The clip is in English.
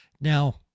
now